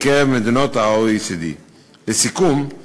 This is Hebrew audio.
ראוי לציין בהקשר זה את רפורמת "אופק חדש",